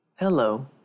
Hello